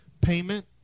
payment